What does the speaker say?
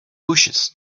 bushes